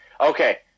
Okay